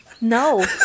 No